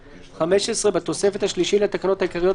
15. בתוספת השלישית לתקנות העיקריות,